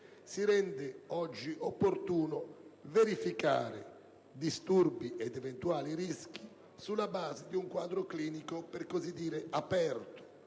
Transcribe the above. si rende oggi opportuno verificare disturbi ed eventuali rischi sulla base di un quadro clinico per così dire aperto,